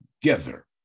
together